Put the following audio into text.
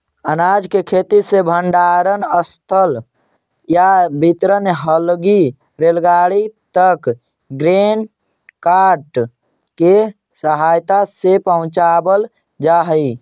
अनाज के खेत से भण्डारणस्थल या वितरण हलगी रेलगाड़ी तक ग्रेन कार्ट के सहायता से पहुँचावल जा हई